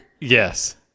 Yes